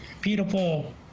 beautiful